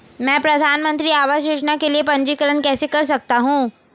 मैं प्रधानमंत्री आवास योजना के लिए पंजीकरण कैसे कर सकता हूं?